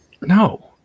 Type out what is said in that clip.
No